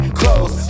close